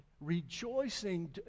rejoicing